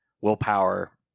willpower